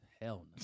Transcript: Hell